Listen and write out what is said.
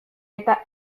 eta